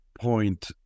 point